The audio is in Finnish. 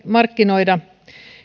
markkinoida